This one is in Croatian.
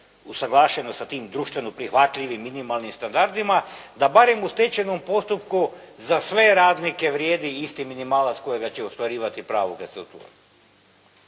usuglašeno sa tim društveno prihvatljivim minimalnim standardima, da barem u stečajnom postupku za sve radnike vrijedi isti minimalac kojega će ostvarivati pravo …